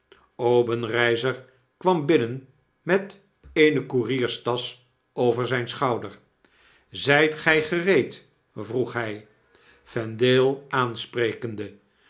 obenreizer kwam binnen met eene koerierstasch over zyn schouder zyt gij gereed vroeg hy vendale aansprekende